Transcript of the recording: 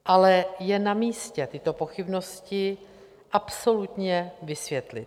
Ale je namístě tyto pochybnosti absolutně vysvětlit.